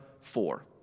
Four